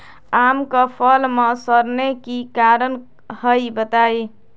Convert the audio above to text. आम क फल म सरने कि कारण हई बताई?